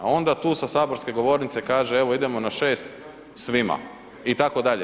Onda tu sa saborske govornice kaže, evo idemo na 6 svima, itd.